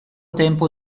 tempo